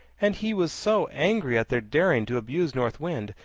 and he was so angry at their daring to abuse north wind,